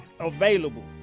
Available